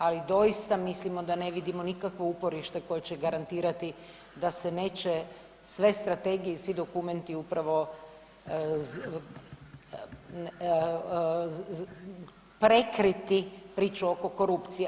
Ali doista vidimo da ne vidimo nikakvo uporište koje će garantirati da se neće sve strategije i svi dokumenti upravo prekriti priču oko korupcije.